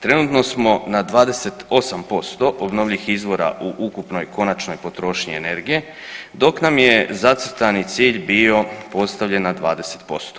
Trenutno smo na 28% obnovljivih izvora u ukupnoj konačnoj potrošnji energije dok nam je zacrtani cilj bio postavljen na 20%